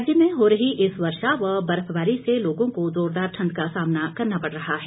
राज्य में हो रही इस वर्षा व बर्फबारी से लोगों को जोरदार ठंड का सामना करना पड़ रहा है